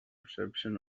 reception